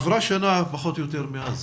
מאז